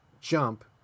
jump